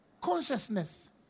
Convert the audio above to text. Consciousness